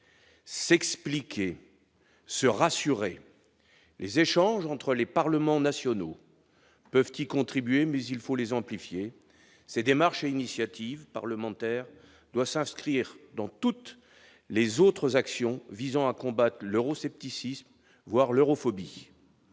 s'expliquer, se rassurer les échanges entre les parlements nationaux peuvent y contribuer, mais il faut les amplifier ces démarches initiative parlementaire doit s'inscrire dans toutes les autres actions visant à combattre l'euroscepticisme, voire l'europhobie,